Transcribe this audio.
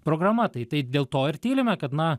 programa tai tai dėl to ir tylime kad na